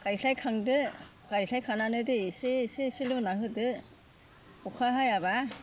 गायस्लायखांदो गायस्लाय खांनानै दै एसे एसे एसे लुनानै होदो अखा हायाबा